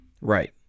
Right